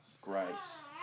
grace